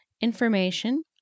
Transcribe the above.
information